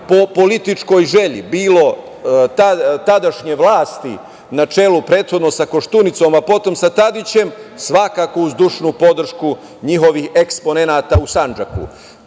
političkoj želji, bilo tadašnje vlasti na čelu prethodno sa Koštunicom, a potom sa Tadićem, svakako uz dušnu podršku njihovih eksponenata u